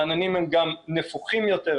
העננים הם גם נפוחים יותר,